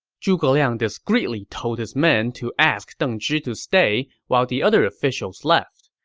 zhuge liang discreetly told his men to ask deng zhi to stay while the other officials left.